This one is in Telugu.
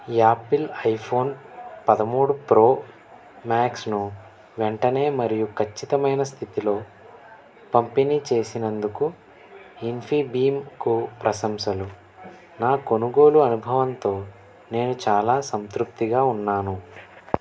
యాపిల్ ఐఫోన్ పదమూడు ప్రో మ్యాక్స్ను వెంటనే మరియు ఖచ్చితమైన స్థితిలో పంపిణీ చేశినందుకు ఇన్ఫీబీమ్కు ప్రశంసలు నా కొనుగోలు అనుభవంతో నేను చాలా సంతృప్తిగా ఉన్నాను